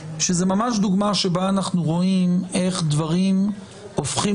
זה ממש דוגמה שאנחנו רואים איך דברים הופכים